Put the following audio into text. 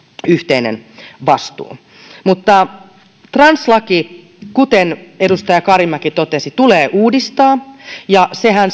yhteinen vastuu translaki kuten edustaja karimäki totesi tulee uudistaa ja sehän